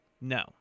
No